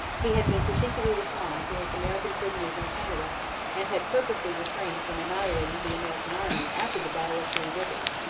he had been particularly kind to his american prisoners in canada and had purposely refrained from annihilating the american army after the battle of three rivers.